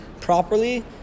properly